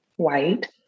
White